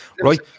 right